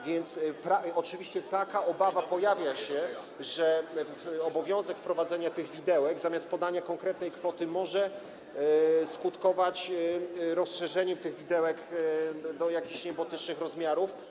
Więc oczywiście pojawia się taka obawa, że obowiązek wprowadzenia widełek zamiast podania konkretnej kwoty może skutkować rozszerzeniem tych widełek do jakichś niebotycznych rozmiarów.